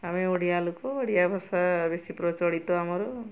ଆମେ ଓଡ଼ିଆ ଲୋକ ଓଡ଼ିଆଭାଷା ବେଶୀ ପ୍ରଚଳିତ ଆମର